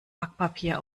backpapier